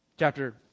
Chapter